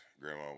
Grandma